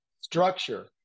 structure